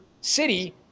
city